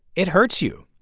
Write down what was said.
it hurts you.